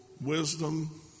wisdom